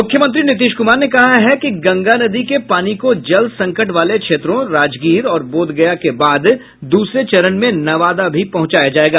मूख्यमंत्री नीतीश कुमार ने कहा है कि गंगा नदी के पानी को जल संकट वाले क्षेत्रों राजगीर और बोधगया के बाद दूसरे चरण में नवादा भी पहुंचाया जायेगा